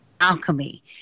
alchemy